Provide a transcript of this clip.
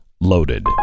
loaded